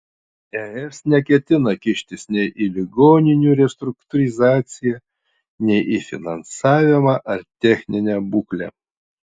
es neketina kištis nei į ligoninių restruktūrizaciją nei į finansavimą ar techninę būklę